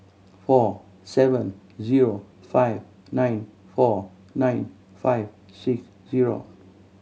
four seven zero five nine four nine five six zero